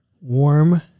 Warm